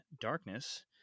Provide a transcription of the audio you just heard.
darkness